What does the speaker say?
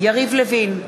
יריב לוין,